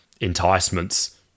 enticements